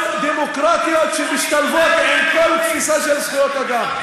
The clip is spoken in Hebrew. דמוקרטיות שמשתלבות עם כל התפיסה של זכויות אדם.